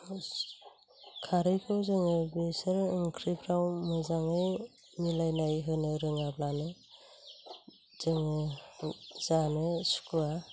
first खारैखौ जोङो बेसोर ओंख्रिफ्राव मोजाङै मिलायनाय होनो रोङाब्लानो जोङो बेखौ जानो सुखुआ